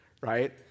right